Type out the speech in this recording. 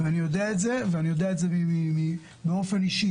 אני יודע את זה ואני יודע את זה באופן אישי.